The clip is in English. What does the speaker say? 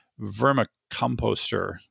vermicomposter